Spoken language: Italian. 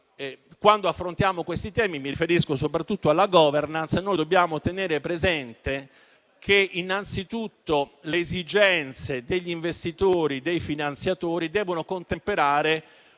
Quando affrontiamo questi temi - mi riferisco soprattutto alla *governance* - dobbiamo tenere presente innanzitutto che le esigenze degli investitori e dei finanziatori devono contemperare